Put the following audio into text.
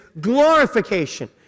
glorification